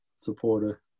supporter